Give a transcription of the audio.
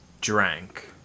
drank